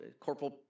corporal